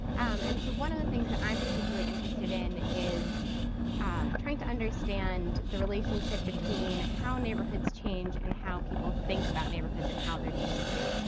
um and one of the things that i'm particularly interested in is um trying to understand the relationship between how neighborhoods change and how people think about neighborhoods and how they're changing.